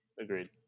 Agreed